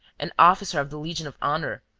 an officer of the legion of honour,